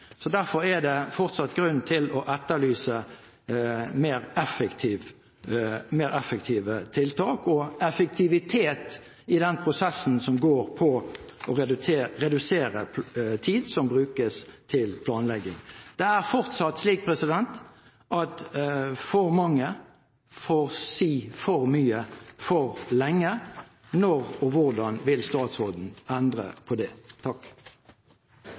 Derfor er det fortsatt grunn til å etterlyse mer effektive tiltak og effektivitet i den prosessen som går på å redusere tid som brukes til planlegging. Det er fortsatt slik at for mange får si for mye for lenge. Når og hvordan vil statsråden endre på det?